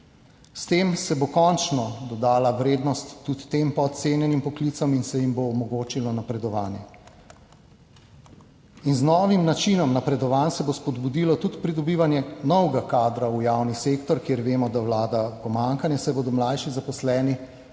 S tem se bo končno dodala vrednost tudi tem podcenjenim poklicem in se jim bo omogočilo napredovanje. In z novim načinom napredovanj se bo spodbudilo tudi pridobivanje novega kadra v javni sektor, kjer vemo, da vlada pomanjkanje, saj bodo mlajši zaposleni,